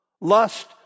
lust